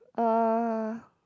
uh